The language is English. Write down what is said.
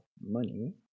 money